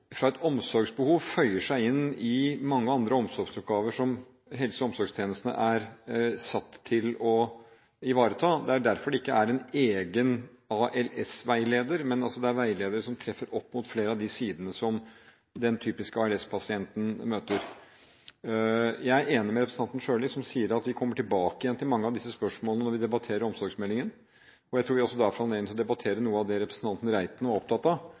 et omsorgsbehov føyer seg i inn mange av de andre omsorgsoppgavene som helse- og omsorgstjenesten er satt til å ivareta. Det er derfor det ikke er en egen ALS-veileder, men det er veiledere som omhandler flere av de sidene som den typiske ALS-pasienten møter. Jeg er enig med representanten Sjøli som sier at vi kommer tilbake igjen til mange av disse spørsmålene når vi skal debattere omsorgsmeldingen. Jeg tror at vi også der får anledning til å debattere noe av det som representanten Reiten var opptatt av,